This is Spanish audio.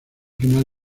final